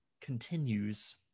continues